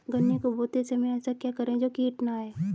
गन्ने को बोते समय ऐसा क्या करें जो कीट न आयें?